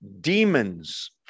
demons